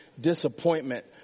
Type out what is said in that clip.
disappointment